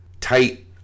tight